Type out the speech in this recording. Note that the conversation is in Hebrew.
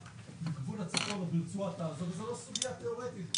בגבול הצפון או ברצועת עזה וזו לא סוגיה תיאורטית,